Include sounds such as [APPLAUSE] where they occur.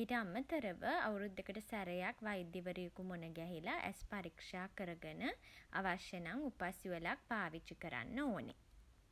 ඊට අමතරව [HESITATION] අවුරුද්දකට සැරයක් වෛද්‍යවරයෙකු මුණ ගැහිලා [HESITATION] ඇස් පරීක්ෂා කරගෙන අවශ්‍ය නම් උපැස් යුවලක් පාවිච්චි කරන්න ඕනේ.